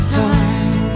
time